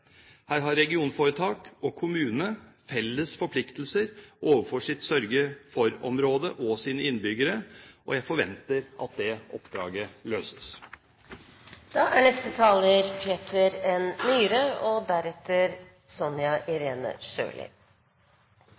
Her har regionforetak og kommune felles forpliktelser overfor sitt sørge-for-område og sine innbyggere, og jeg forventer at det oppdraget